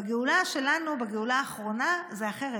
בגאולה שלנו, בגאולה האחרונה, זה אחרת.